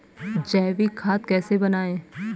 जैविक खाद कैसे बनाएँ?